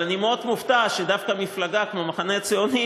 אבל אני מופתע מאוד שדווקא מפלגה כמו המחנה הציוני